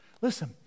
Listen